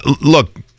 look